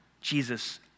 Jesus